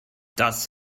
das